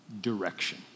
direction